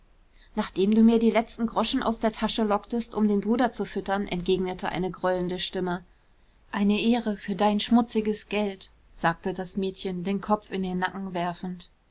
nachdem du mir die letzten groschen aus der tasche locktest um den bruder zu füttern entgegnete eine grollende stimme eine ehre für dein schmutziges geld sagte das mädchen den kopf in den nacken werfend